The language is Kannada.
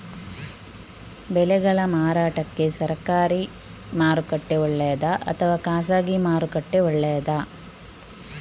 ಬೆಳೆಗಳ ಮಾರಾಟಕ್ಕೆ ಸರಕಾರಿ ಮಾರುಕಟ್ಟೆ ಒಳ್ಳೆಯದಾ ಅಥವಾ ಖಾಸಗಿ ಮಾರುಕಟ್ಟೆ ಒಳ್ಳೆಯದಾ